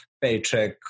paycheck